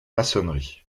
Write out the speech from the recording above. maçonnerie